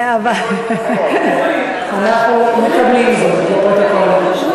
זה לא בגלל שאני רוצה להיות השר להגנת העורף.